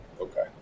Okay